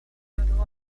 było